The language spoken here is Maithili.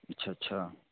अच्छा अच्छा